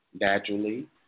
Naturally